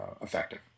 effective